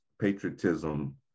patriotism